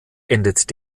endet